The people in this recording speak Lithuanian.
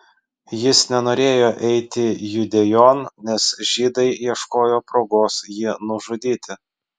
jis nenorėjo eiti judėjon nes žydai ieškojo progos jį nužudyti